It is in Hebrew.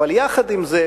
אבל עם זה,